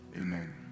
Amen